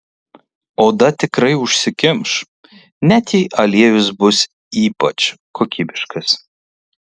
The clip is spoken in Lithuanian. oda tikrai užsikimš net jei aliejus bus ypač kokybiškas